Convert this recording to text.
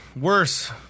Worse